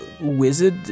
wizard